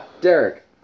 Derek